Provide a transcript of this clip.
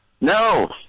no